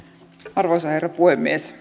arvoisa herra puhemies